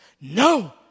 no